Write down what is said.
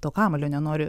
to kamuolio nenori